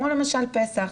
כמו פסח.